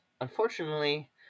Unfortunately